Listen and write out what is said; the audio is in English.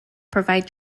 provide